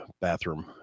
bathroom